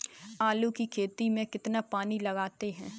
आलू की खेती में कितना पानी लगाते हैं?